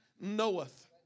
knoweth